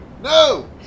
no